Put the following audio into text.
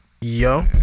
Yo